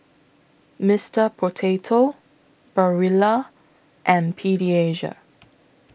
Mister Potato Barilla and Pediasure